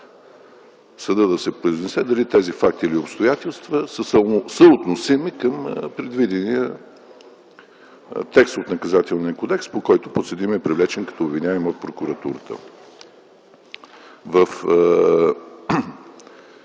съдът да се произнесе дали тези факти или обстоятелства са съотносими към предвидения текст от Наказателния кодекс, по който подсъдимият е привлечен като обвиняем от прокуратурата. В